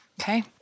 Okay